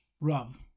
Rav